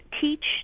teach